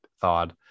thawed